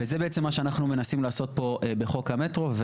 וזה מה שאנחנו מנסים לעשות פה בחוק המטרו.